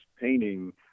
painting